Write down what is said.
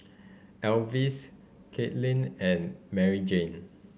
Elvis Caitlynn and Maryjane